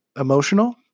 emotional